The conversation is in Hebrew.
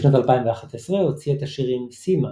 בשנת 2011 הוציאה את השירים "סימה"